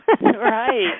Right